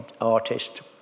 artist